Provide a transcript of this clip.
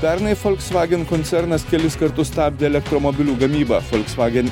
pernai folksvagen koncernas kelis kartus stabdė elektromobilių gamybą folksvagen